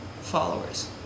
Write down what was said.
followers